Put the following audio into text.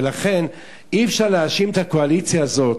ולכן אי-אפשר להאשים את הקואליציה הזאת